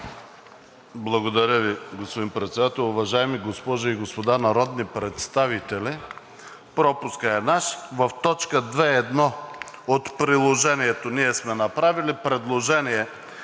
Благодаря Ви, господин Председател. Уважаеми госпожи и господа народни представители! Пропускът е наш. В т. 2.1 от Приложението ние сме направили предложение